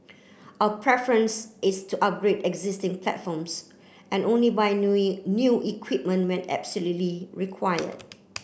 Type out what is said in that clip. our preference is to upgrade existing platforms and only buy new equipment when absolutely required